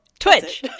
Twitch